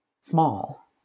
small